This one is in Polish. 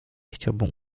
chciałbym